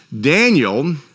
Daniel